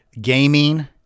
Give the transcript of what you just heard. gaming-